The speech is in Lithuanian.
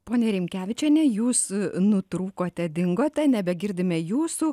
pone rimkevičiene jūs nutrūkote dingote nebegirdime jūsų